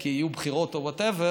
כי יהיו בחירות או whatever,